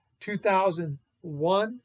2001